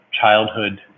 childhood